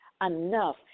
enough